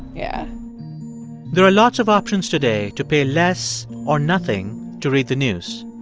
yeah there are lots of options today to pay less, or nothing, to read the news.